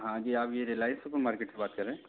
हाँ जी आप ये रिलायंस सुपर मार्केट से बात कर रहे हैं